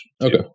okay